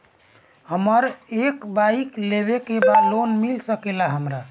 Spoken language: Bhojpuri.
हमरा एक बाइक लेवे के बा लोन मिल सकेला हमरा?